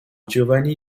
giovanni